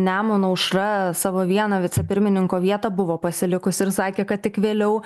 nemuno aušra savo vieną vicepirmininko vietą buvo pasilikusi ir sakė kad tik vėliau